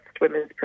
Women's